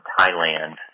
Thailand